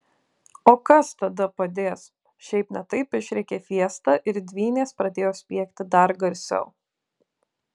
o kas tada padės šiaip ne taip išrėkė fiesta ir dvynės pradėjo spiegti dar garsiau